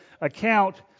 account